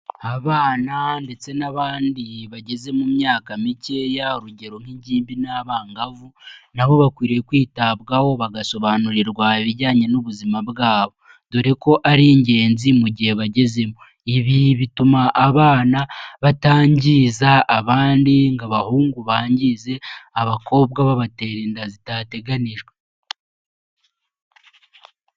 Abana ndetse n'abandi bageze mu myaka mikeya urugero nk'ingimbi n'abangavu, nabo bakwiriye kwitabwaho bagasobanurirwa ibijyanye n'ubuzima bwabo dore ko ari ingenzi mu gihe bagezemo, ibi bituma abana batangiza abandi ngo abahungu bangize abakobwa babatera inda zitateganijwe.